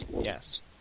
Yes